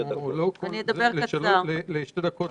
דקות